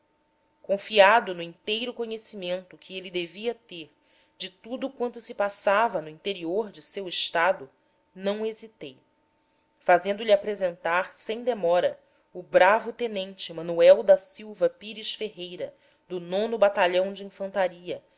confiado no inteiro conhecimento que ele devia ter de tudo quanto se passava no interior de seu estado não hesitei fazendo-lhe apresentar sem demora o bravo tenente manuel da silva pires ferreira do o atalhão de infantaria